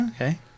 Okay